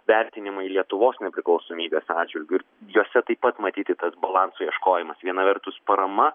vertinimai lietuvos nepriklausomybės atžvilgiu juose taip pat matyti tas balanso ieškojimas viena vertus parama